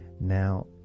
Now